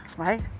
Right